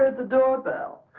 a doorbell.